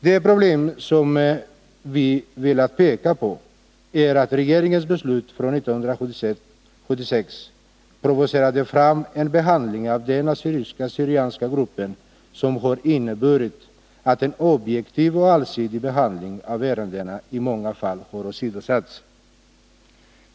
Det problem som vi har velat peka på är att regeringens beslut från 1976 provocerade fram en behandling av den assyrisk/syrianska gruppen, vilket har inneburit att en objektiv och allsidig behandling av ärendena i många fall har åsidosatts.